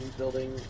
building